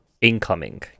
incoming